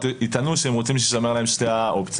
יטענו שהם רוצים שיישמר להם שתי האופציות.